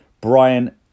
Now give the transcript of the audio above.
Brian